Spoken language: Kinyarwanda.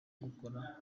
gukora